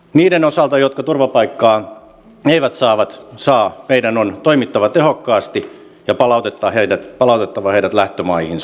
niiden osalta jotka turvapaikkaa eivät saa meidän on toimittava tehokkaasti ja palautettava heidät lähtömaihinsa